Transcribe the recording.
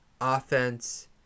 offense